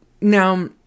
Now